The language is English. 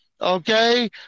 Okay